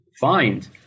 find